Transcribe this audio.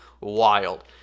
wild